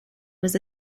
was